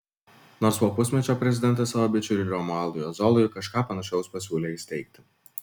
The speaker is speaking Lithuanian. nors po pusmečio prezidentas savo bičiuliui romualdui ozolui kažką panašaus pasiūlė įsteigti